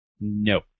No